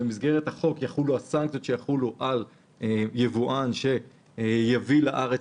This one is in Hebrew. במסגרת החוק יחולו הסנקציות על יבואן שיביא לארץ